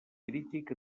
crític